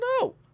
No